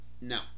no